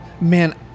Man